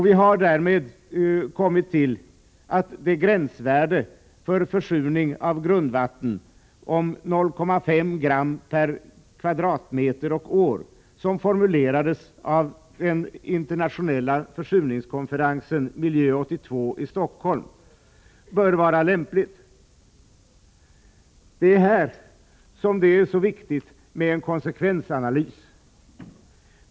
Vi har därmed kommit fram till att det gränsvärde för försurning av grundvatten om 0,5 gram per kvadratmeter och år som formulerades av den internationella försurningskonferensen Miljö 82 i Stockholm bör vara lämpligt. Det är här som det är så viktigt med en konsekvensanalys.